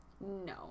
no